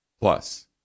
Plus